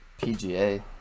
PGA